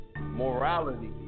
morality